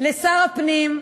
לשר הפנים,